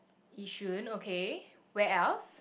Yishun okay where else